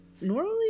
normally